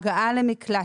ההגעה למקלט,